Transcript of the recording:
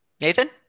Nathan